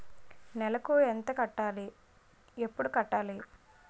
నెలకు ఎంత కట్టాలి? ఎప్పుడు కట్టాలి?